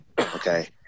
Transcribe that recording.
Okay